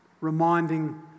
reminding